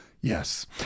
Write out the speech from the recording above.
Yes